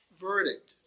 verdict